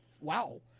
Wow